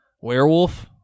werewolf